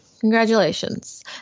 Congratulations